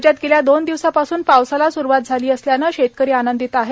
राज्यात गेल्या दोन दिवसापासून पावसाला सुरुवात झाली असल्याने शेतकरी आनंदित झाले आहेत